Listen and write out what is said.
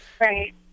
right